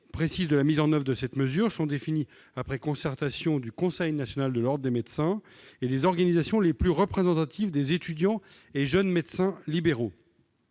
précises de la mise en oeuvre de cette mesure sont définies après concertation du Conseil national de l'ordre des médecins et des organisations les plus représentatives des étudiants et jeunes médecins libéraux.